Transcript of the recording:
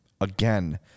again